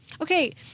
Okay